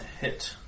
Hit